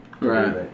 Right